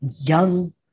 young